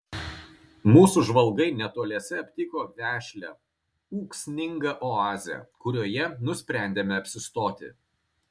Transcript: mūsų žvalgai netoliese aptiko vešlią ūksmingą oazę kurioje nusprendėme apsistoti